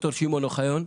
ד"ר שמעון אוחיון.